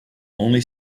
only